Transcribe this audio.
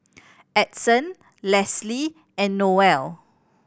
Edson Lesley and Noelle